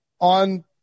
on